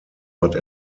but